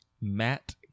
Matt